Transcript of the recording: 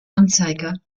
anzeiger